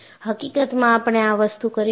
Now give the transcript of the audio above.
હકીકતમાં આપણે આ વસ્તુ કરીશું